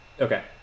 Okay